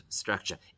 structure